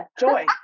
Joy